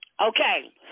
Okay